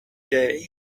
day